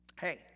hey